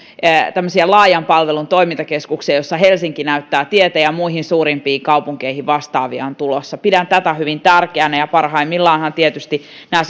tämmöisiä laajan palvelun toimintakeskuksia joissa helsinki näyttää tietä ja muihin suurimpiin kaupunkeihin vastaavia on tulossa pidän tätä hyvin tärkeänä ja parhaimmillaanhan tai pahimmillaan nämä